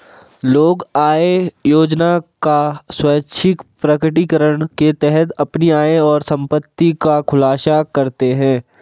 लोग आय योजना का स्वैच्छिक प्रकटीकरण के तहत अपनी आय और संपत्ति का खुलासा करते है